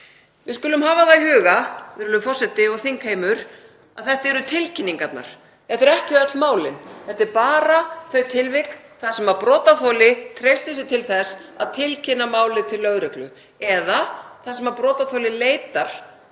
Við skulum hafa það í huga, virðulegur forseti og þingheimur, að þetta eru tilkynningarnar. Þetta eru ekki öll málin. Þetta eru bara þau tilvik þar sem brotaþoli treystir sér til að tilkynna málið til lögreglu eða þar sem brotaþoli leitar til